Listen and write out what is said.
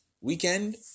weekend